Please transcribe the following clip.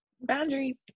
boundaries